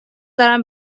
دارم